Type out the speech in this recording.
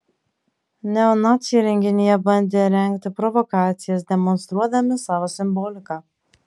neonaciai renginyje bandė rengti provokacijas demonstruodami savo simboliką